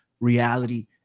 reality